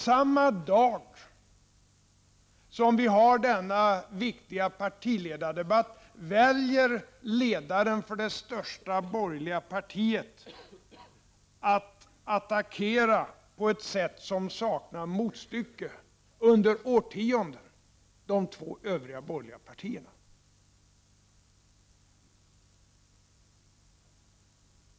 Samma dag som vi har denna viktiga partiledardebatt väljer ledaren för det största borgerliga partiet att attackera de två övriga borgerliga partierna på ett sätt som saknar motstycke under årtionden.